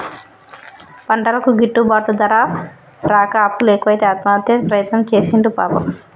పంటలకు గిట్టుబాటు ధర రాక అప్పులు ఎక్కువై ఆత్మహత్య ప్రయత్నం చేసిండు పాపం